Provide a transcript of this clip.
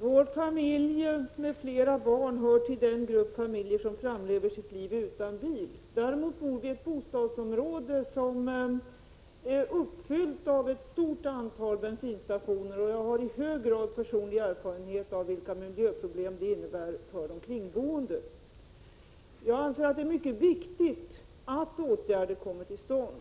Vår familj med flera barn hör till den grupp familjer som framlever sitt liv utan bil. Men vi bor i ett bostadsområde, där det finns ett stort antal bensinstationer, så jag har i hög grad personlig erfarenhet av vilka miljöproblem det innebär för de kringboende. Jag anser att det är mycket viktigt att åtgärder kommer till stånd.